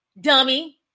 Dummy